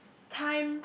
time